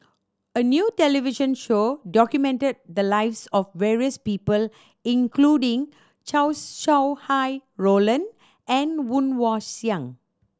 a new television show documented the lives of various people including Chow Sau Hai Roland and Woon Wah Siang